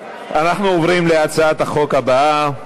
אנחנו עוברים להצעת החוק הבאה: